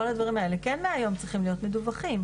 כל הדברים האלה כן מהיום צריכים להיות מדווחים.